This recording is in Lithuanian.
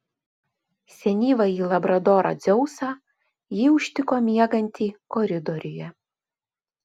senyvąjį labradorą dzeusą ji užtiko miegantį koridoriuje